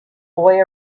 boy